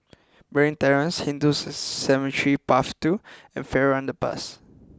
Marine Terrace Hindu Cemetery Path Two and Farrer Underpass